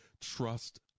trust